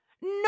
No